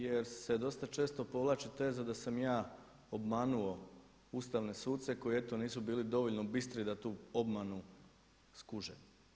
Jer se dosta često povlači teza da sam ja obmanuo ustavne suce koji eto nisu bili dovoljno bistri da tu obmanu skuže.